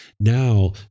Now